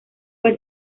fue